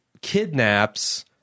kidnaps